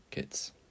Kids